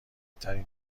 ترین